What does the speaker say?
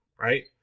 right